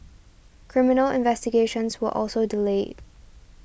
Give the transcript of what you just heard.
criminal investigations were also delayed